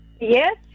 Yes